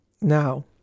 Now